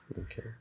Okay